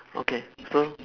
okay so